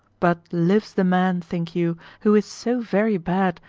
but lives the man, think you, who is so very bad,